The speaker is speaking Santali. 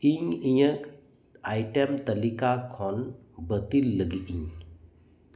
ᱤᱧ ᱤᱧᱟᱹᱜ ᱟᱭᱴᱮᱢ ᱛᱟᱞᱤᱠᱟ ᱠᱷᱚᱱ ᱵᱟᱹᱛᱤᱞ ᱞᱟᱹᱜᱤᱫ ᱤᱧ